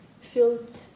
filled